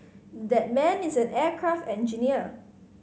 that man is an aircraft engineer